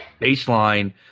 baseline